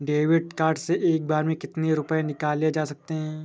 David card से एक बार में कितनी रूपए निकाले जा सकता है?